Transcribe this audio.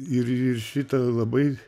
ir ir šita labai